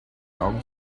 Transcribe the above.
augen